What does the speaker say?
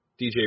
DJ